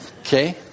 Okay